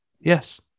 Yes